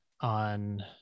on